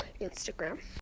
instagram